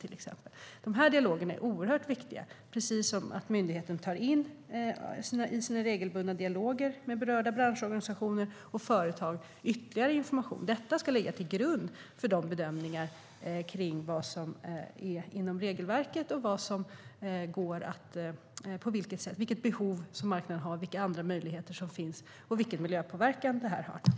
De här dialogerna är oerhört viktiga. Det är också oerhört viktigt att myndigheten i sina regelbundna dialoger med berörda branschorganisationer och företag tar in ytterligare information. Detta ska ligga till grund för bedömningarna av vad som är inom regelverket, vilket behov marknaden har, vilka andra möjligheter som finns och vilken miljöpåverkan det här har.